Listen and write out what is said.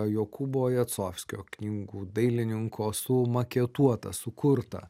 jokūbo jacovskio knygų dailininko sumaketuotą sukurtą